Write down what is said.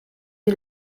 die